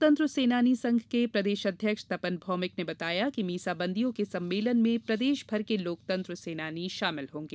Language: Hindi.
लोकतंत्र सेनानी संघ के प्रदेश अध्यक्ष तपन भौमिक ने बताया कि मीसाबंदियों के सम्मेलन में प्रदेश भर के लोकतंत्र सेनानी शामिल होंगे